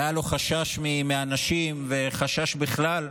והיה לו חשש מאנשים וחשש בכלל.